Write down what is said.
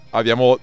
abbiamo